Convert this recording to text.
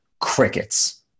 Crickets